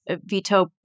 veto